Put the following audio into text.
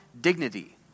dignity